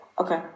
Okay